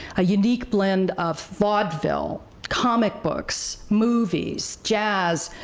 a unique blend of vaudeville, comic books, movies, jazz,